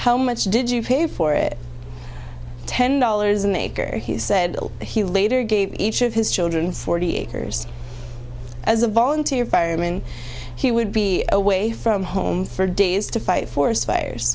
how much did you pay for it ten dollars an acre he said he later gave each of his children forty acres as a volunteer fireman he would be away from home for days to fight forest fires